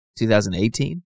2018